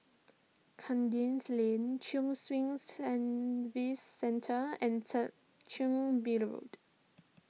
Kandis Lane Chin Swee Service Centre and Third Chin Bee Road